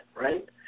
right